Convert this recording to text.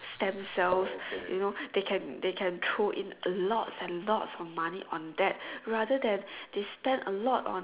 stem cells you know they can they can throw in a lot a lot of money on that rather than they spend a lot on